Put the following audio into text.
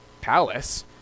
palace